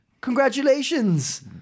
Congratulations